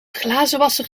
glazenwasser